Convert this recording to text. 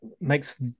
makes